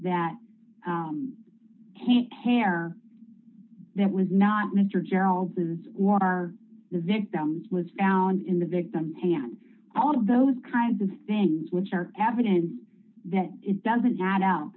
that hair that was not mr gerald was or the victim was found in the victim and all those kinds of things which are evidence that it doesn't add up